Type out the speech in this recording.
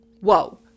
whoa